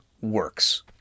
works